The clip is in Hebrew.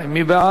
מי בעד?